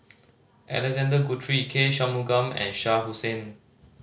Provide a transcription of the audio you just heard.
Alexander Guthrie K Shanmugam and Shah Hussain